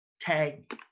tag